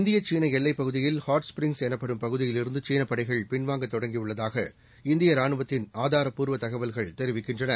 இந்தியசீனஎல்லைப் பகுதியில் Hot Springs எனப்படும் பகுதியிலிருந்துசீனபடைகள் பின் வாங்கத் தொடங்கிஉள்ளதாக இந்தியராணுவத்தின் ஆதாரப் பூர்வதகவல்கள் தெரிவிக்கின்றன